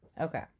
Okay